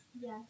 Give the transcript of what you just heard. Yes